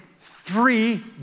three